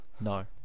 No